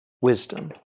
wisdom